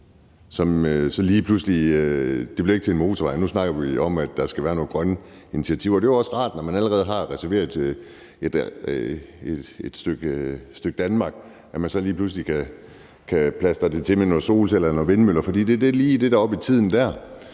Det bliver ikke til en motorvej. Nu snakker vi om, at der skal være nogle grønne initiativer. Det er også rart, når man allerede har reserveret et stykke Danmark, at man så lige pludselig kan plastre det til med nogle solceller eller vindmøller, fordi det lige er det, der er oppe i tiden der.